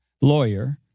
lawyer